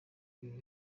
ibintu